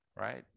right